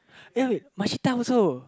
ya much time also